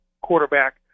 quarterback